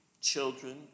children